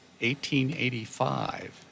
1885